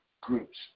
groups